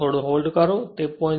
થોડો હોલ્ડ કરો તે 0